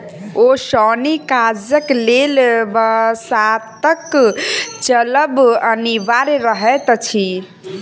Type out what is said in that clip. ओसौनी काजक लेल बसातक चलब अनिवार्य रहैत अछि